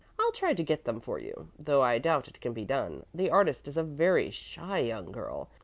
i'll try to get them for you, though i doubt it can be done. the artist is a very shy young girl,